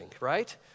right